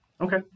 Okay